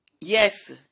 Yes